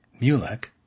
Mulek